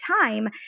time